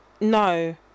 no